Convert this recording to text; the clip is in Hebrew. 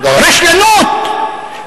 רשלנות?